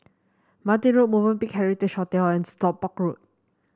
Martin Road Movenpick Heritage Hotel and Stockport Road